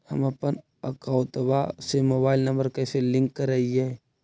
हमपन अकौउतवा से मोबाईल नंबर कैसे लिंक करैइय?